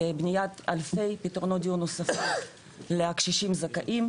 לבניית אלפי פתרונות דיור נוספים לקשישים זכאים.